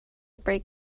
break